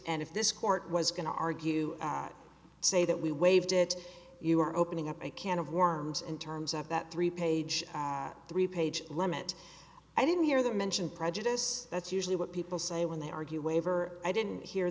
and if this court was going to argue say that we waived it you are opening up a can of worms in terms of that three page three page limit i didn't hear them mention prejudice that's usually what people say when they argue waiver i didn't hear